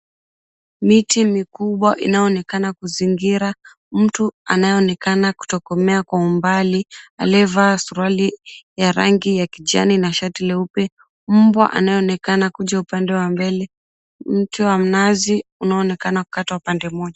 Miti mkubwa inayoonekana kumzingira mtu anayeonekana kutokomea kwa umbali aliyevaa suruali ya rangi ya kijani na shati leupe, mbwa anayeonekana kuja upande wa mbele, mti wa mnazi unaoonekana kukatwa pande moja.